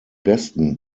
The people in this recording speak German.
besten